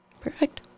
perfect